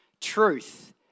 Truth